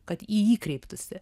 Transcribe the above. kad į jį kreiptųsi